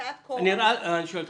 אני אשאל שאלה.